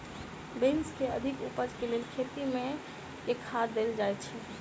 Beans केँ अधिक उपज केँ लेल खेत मे केँ खाद देल जाए छैय?